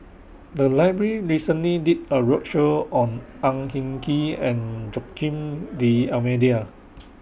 The Library recently did A roadshow on Ang Hin Kee and Joaquim D'almeida